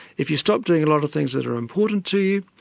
if you stopped doing a lot of things that are important to you,